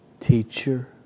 teacher